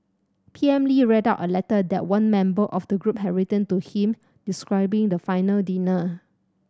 P M Lee read out a letter that one member of the group had written to him describing the final dinner